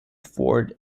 fort